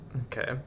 Okay